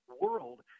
world